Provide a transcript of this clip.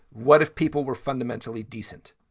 what if people were fundamentally decent?